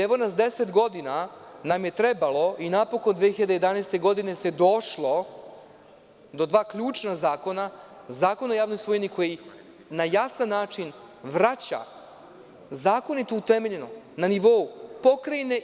Evo nas, deset godina nam je trebalo, i evo 2011. godine se došlo do dva ključna zakona – Zakona o javnoj svojini koji na jasan način vraća zakonito utemeljeno na nivou pokrajine.